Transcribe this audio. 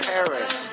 Paris